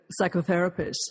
psychotherapist